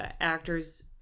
actors